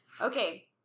Okay